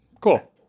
Cool